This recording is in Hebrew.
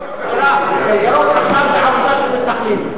"ירוק עכשיו" זה עמותה של מתנחלים.